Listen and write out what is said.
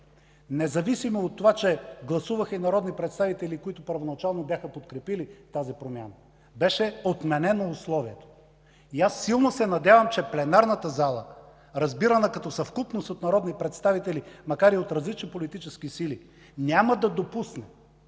независимо че гласуваха народни представители, които първоначално бяха подкрепили тази промяна, условието беше отменено. Аз силно се надявам, че пленарната зала, разбирана като съвкупност от народни представители, макар и от различни политически сили, няма да допусне